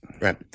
Right